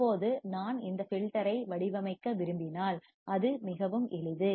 இப்போது நான் இந்த ஃபில்டர் ஐ வடிவமைக்க விரும்பினால் அது மிகவும் எளிது